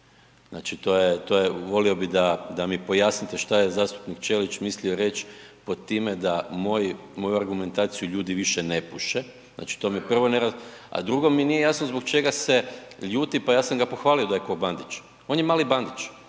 to je, volio bi mi pojasnite šta je zastupnik Ćelić mislio reći pod time da moju argumentaciju ljudi više ne puše. Znači to me prvo, a drugo mi nije jasno zbog čega se ljuti, pa ja sam ga pohvalio da je ko Bandić, on je mali Bandić,